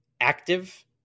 active